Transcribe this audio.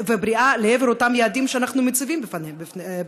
ובריאה לעבר אותם יעדים שאנחנו מציבים בפנינו.